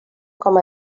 com